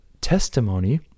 testimony